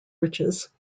riches